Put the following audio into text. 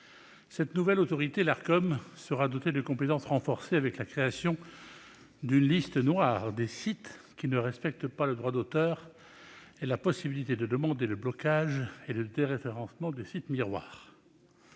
Cette nouvelle autorité, l'Arcom, sera dotée de compétences renforcées, avec la création d'une liste noire des sites qui ne respectent pas le droit d'auteur et la possibilité de demander le blocage et le déréférencement des sites miroirs.